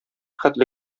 хәтле